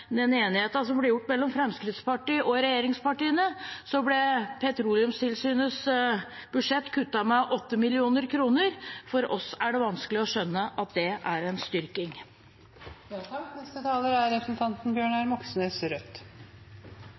den enigheten som ble oppnådd mellom Fremskrittspartiet og regjeringspartiene, ble Petroleumstilsynets budsjett kuttet med 8 mill. kr. For oss er det vanskelig å skjønne at det er en